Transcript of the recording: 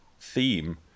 theme